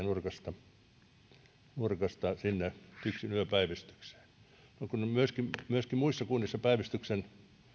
nurkasta on sata kilometriä sinne tyksin yöpäivystykseen kun kun myöskin myöskin muissa kunnissa päivystyksen